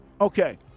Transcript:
Okay